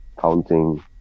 counting